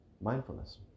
Mindfulness